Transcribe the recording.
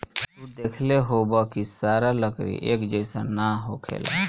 तू देखले होखबऽ की सारा लकड़ी एक जइसन ना होखेला